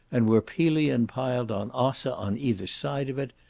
and were pelion piled on ossa on either side of it,